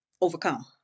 overcome